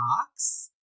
box